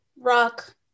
rock